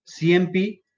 CMP